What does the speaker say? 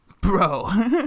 Bro